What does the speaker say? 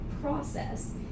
process